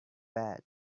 bad